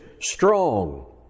strong